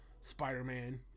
Spider-Man